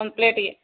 ಒಂದು ಪ್ಲೇಟಿಗೆ